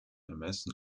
ermessen